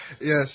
Yes